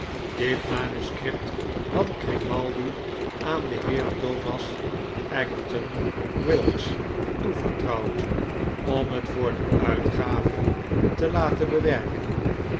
dit manuscript had grimaldi aan den heer thomas egerton wilks toevertrouwd om het voor de uitgave te laten bewerken